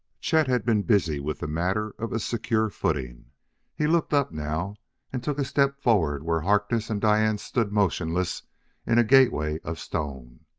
chet had been busied with the matter of a secure footing he looked up now and took a step forward where harkness and diane stood motionless in a gateway of stone.